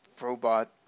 robot